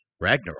Ragnarok